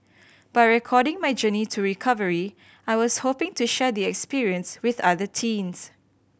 by recording my journey to recovery I was hoping to share the experience with other teens